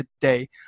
today